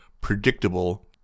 predictable